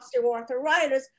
osteoarthritis